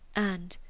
and,